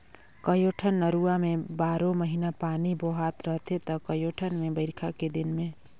कयोठन नरूवा में बारो महिना पानी बोहात रहथे त कयोठन मे बइरखा के दिन में